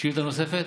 שאילתה נוספת?